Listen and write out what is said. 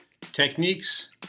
techniques